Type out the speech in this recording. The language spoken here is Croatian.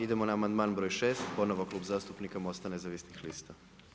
Idemo na amandman broj šest, ponovni Klub zastupnika MOST-a nezavisnih lista.